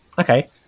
Okay